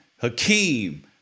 Hakeem